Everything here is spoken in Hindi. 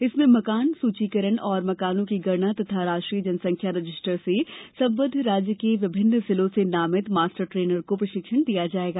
इसमें मकान सूचीकरण एवं मकानों की गणना तथा राष्ट्रीय जनसंख्या रजिस्टर से संबद्ध राज्य के विभिन्न जिलों से नामित मास्टर ट्रेनर को प्रशिक्षण दिया जाएगा